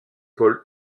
pôle